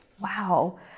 Wow